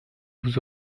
vous